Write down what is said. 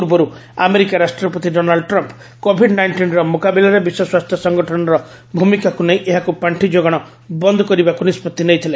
ପୂର୍ବରୁ ଆମେରିକା ରାଷ୍ଟ୍ରପତି Donald Trump Covid ନାଇଷ୍ଟିନ୍ର ମୁକାବିଲାରେ ବିଶ୍ୱ ସ୍ୱାସ୍ଥ୍ୟ ସଂଗଠନର ଭୂମିକାକୁ ନେଇ ଏହାକୁ ପାର୍ଷି ଯୋଗାଣ ବନ୍ଦ କରିବାକୁ ନିଷ୍ପଭି ନେଇଥିଲେ